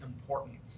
important